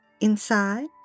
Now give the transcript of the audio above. Inside